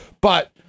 But-